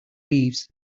leaves